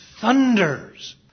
thunders